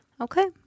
Okay